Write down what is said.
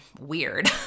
weird